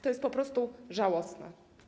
To jest po prostu żałosne.